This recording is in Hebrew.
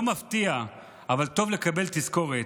לא מפתיע, אבל טוב לקבל תזכורת.